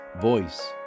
voice